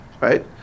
Right